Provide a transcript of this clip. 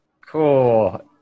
Cool